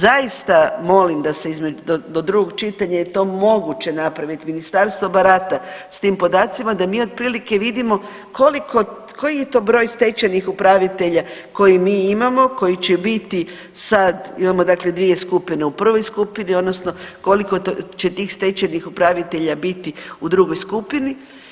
Zaista molim da se do drugog čitanja jer je to moguće napravit, ministarstvo barata s tim podacima, da mi otprilike vidimo koliko, koji je to broj stečajnih upravitelja koji mi imamo, koji će biti sad, imamo dakle dvije skupine, u prvoj skupini odnosno koliko će tih stečajnih upravitelja biti u drugoj skupini.